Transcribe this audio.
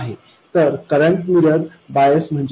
तर current mirror bias म्हणजे काय